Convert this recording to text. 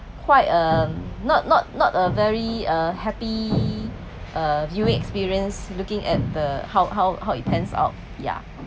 quite um not not not a very uh happy uh viewing experience looking at the how how how it pans out yeah